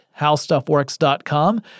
howstuffworks.com